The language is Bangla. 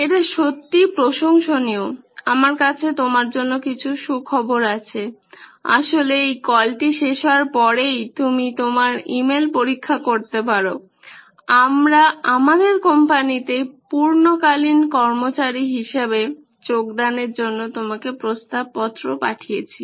এটি সত্যিই প্রশংসনীয় আমার কাছে তোমার জন্য কিছু সুখবর আছে আসলে এই কলটি শেষ হওয়ার পরেই তুমি তোমার ই মেইল পরীক্ষা করতে পারো আমরা আমাদের কোম্পানিতে পূর্ণকালীন কর্মচারী হিসেবে যোগদানের জন্য তোমাকে প্রস্তাবপত্র পাঠিয়েছি